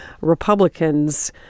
Republicans